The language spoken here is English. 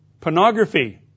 pornography